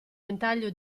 ventaglio